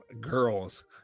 girls